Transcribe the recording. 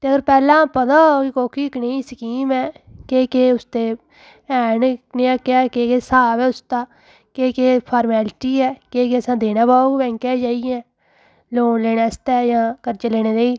ते अगर पैह्लां पता होऐ कि कोह्की कनेही स्कीम ऐ केह् केह् उसदे ऐ न कनेहा केह् केह् स्हाब ऐ उसदा केह् केह् फारमैल्टी ऐ केह् केह् असें देना पौग बैंकै च जाइयै लोन लैने आस्तै जां कर्जे लैने लेई